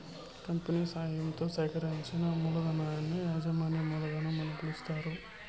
company సాయంతో సేకరించిన మూలధనాన్ని యాజమాన్య మూలధనం అని పిలుస్తారు